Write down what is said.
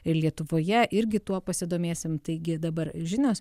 ir lietuvoje irgi tuo pasidomėsim taigi dabar žinios